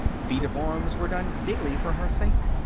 feats of arms were done daily for her sake.